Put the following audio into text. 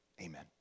Amen